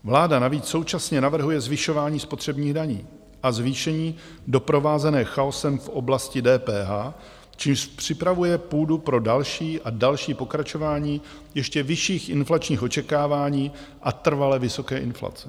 Vláda navíc současně navrhuje zvyšování spotřebních daní a zvýšení doprovázené chaosem v oblasti DPH, čímž připravuje půdu pro další a další pokračování ještě vyšších inflačních očekávání a trvale vysoké inflace.